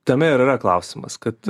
tame ir yra klausimas kad